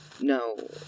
No